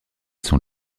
sont